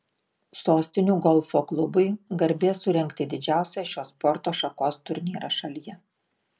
sostinių golfo klubui garbė surengti didžiausią šios sporto šakos turnyrą šalyje